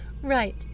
Right